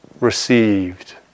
received